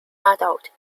adult